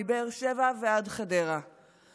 מבאר שבע ועד חדרה,